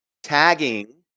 Tagging